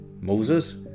Moses